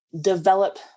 develop